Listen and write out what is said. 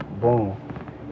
Boom